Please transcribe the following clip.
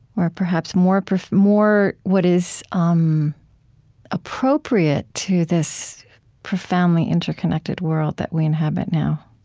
or perhaps more more what is um appropriate to this profoundly interconnected world that we inhabit now